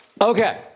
Okay